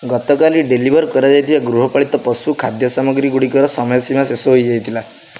ଗତକାଲି ଡେଲିଭର୍ କରାଯାଇଥିବା ଗୃହପାଳିତ ପଶୁ ଖାଦ୍ୟ ସାମଗ୍ରୀଗୁଡ଼ିକର ସମୟ ସୀମା ଶେଷ ହେଇଯାଇଥିଲା